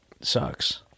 sucks